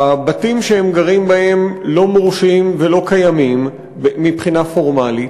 הבתים שהם גרים בהם לא מורשים ולא קיימים מבחינה פורמלית,